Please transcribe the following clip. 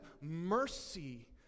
mercy